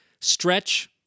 Stretch